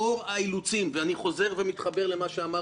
לאור האילוצים ואני חוזר ומתחבר למה שאמר